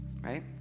right